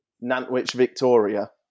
Nantwich-Victoria